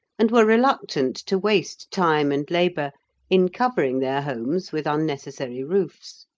and were reluctant to waste time and labour in covering their homes with unnecessary roofs.